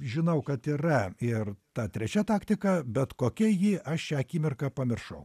žinau kad yra ir ta trečia taktika bet kokia ji aš šią akimirką pamiršau